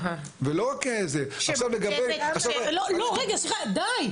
אבל למה --- לא לא, רגע, סליחה, די.